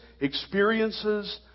experiences